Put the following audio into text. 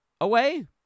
away